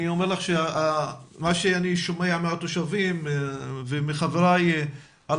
אני אומר לך ממה שאני שומע מהתושבים ומחבריי על